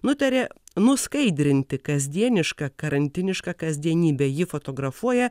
nutarė nuskaidrinti kasdienišką karantinišką kasdienybę ji fotografuoja